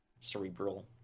Cerebral